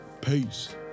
peace